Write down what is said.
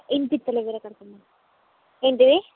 వినిపిస్తలేదు జర కొంచెం ఏంటిది